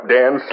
Dan